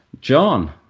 John